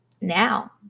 now